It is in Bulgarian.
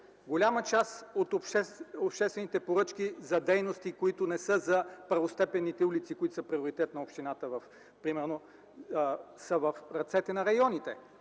голяма част от обществените поръчки за дейности не за първостепенните улици, които са приоритет на общината, са в ръцете на районите.